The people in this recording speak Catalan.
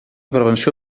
prevenció